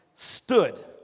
stood